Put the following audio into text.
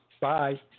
Bye